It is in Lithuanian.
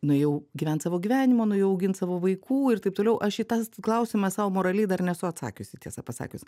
nuėjau gyvent savo gyvenimo nuėjau augint savo vaikų ir taip toliau aš į tą klausimą sau moraliai dar nesu atsakiusi tiesa pasakius